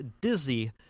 Dizzy